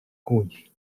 kuģi